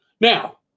Now